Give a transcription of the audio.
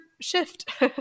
shift